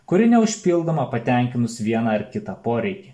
kuri neužpildoma patenkinus vieną ar kitą poreikį